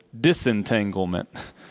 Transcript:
disentanglement